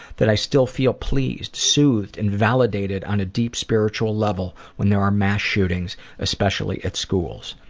that i still feel pleased, soothed and validated on a deep spiritual level when there are mass shootings, especially at schools.